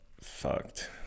fucked